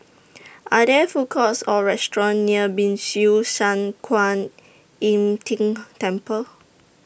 Are There Food Courts Or restaurants near Ban Siew San Kuan Im Ting Temple